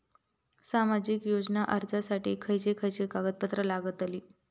सामाजिक योजना अर्जासाठी खयचे खयचे कागदपत्रा लागतली?